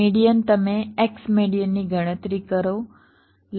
median તમે x મેડીઅનની ગણતરી કરો